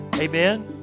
Amen